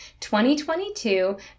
2022